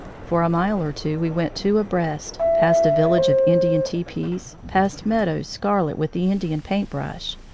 for a mile or two we went two abreast, past a village of indian tepees, past meadows scarlet with the indian paintbrush,